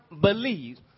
believe